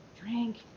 drink